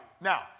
Now